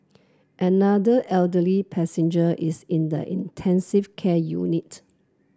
another elderly passenger is in the intensive care unit